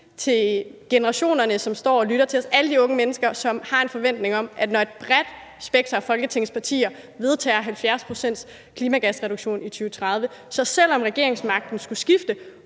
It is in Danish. til generationerne, som står og lytter til os, alle de unge mennesker, som har en forventning om, at når et bredt spekter af Folketingets partier vedtager 70 pct.s klimagasreduktion i 2030, selv om regeringsmagten skulle skifte